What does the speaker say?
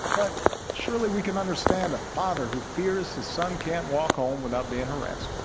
but surely we can understand a father who fears his son can't walk home without being harassed,